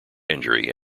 injury